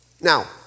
Now